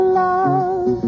love